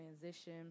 transition